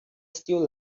still